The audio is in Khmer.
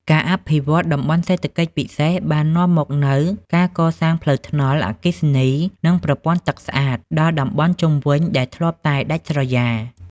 ការអភិវឌ្ឍ តំបន់សេដ្ឋកិច្ចពិសេស បាននាំមកនូវការកសាងផ្លូវថ្នល់ អគ្គិសនី និងប្រព័ន្ធទឹកស្អាត ដល់តំបន់ជុំវិញដែលធ្លាប់តែដាច់ស្រយាល។